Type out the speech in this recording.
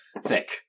Sick